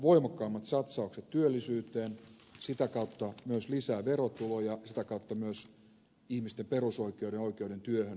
voimakkaammat satsaukset työllisyyteen sitä kautta myös lisää verotuloja sitä kautta myös ihmisten perusoikeuden ja oikeuden työhön toteuttaminen